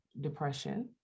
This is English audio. depression